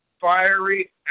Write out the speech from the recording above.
fiery